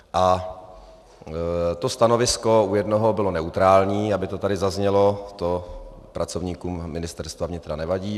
A stanovisko u jednoho bylo neutrální, aby to tady zaznělo, to pracovníkům Ministerstva vnitra nevadí.